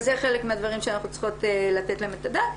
זה חלק מהדברים שאנחנו צריכות לתת עליהם את הדעת.